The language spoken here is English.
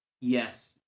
yes